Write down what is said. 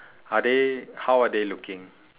are they how are they looking